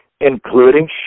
including